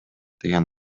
деген